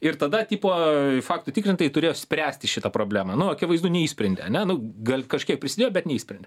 ir tada tipo faktų tikrintojai turėjo spręsti šitą problemą nu akivaizdų neišsprendė ane nu gal kažkiek prisidėjo bet neišsprendė